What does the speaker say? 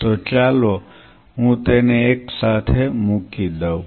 તો ચાલો હું તેને એકસાથે મૂકી દઉં